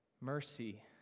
Mercy